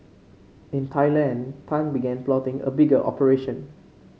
in Thailand Tan began plotting a bigger operation